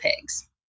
pigs